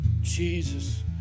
Jesus